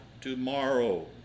tomorrow